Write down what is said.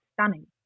stunning